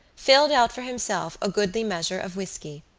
filled out for himself a goodly measure of whisky.